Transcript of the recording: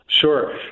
Sure